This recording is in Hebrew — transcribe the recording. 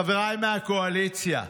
חבריי מהקואליציה,